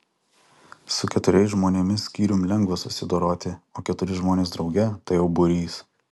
su keturiais žmonėmis skyrium lengva susidoroti o keturi žmonės drauge tai jau būrys